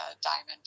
diamond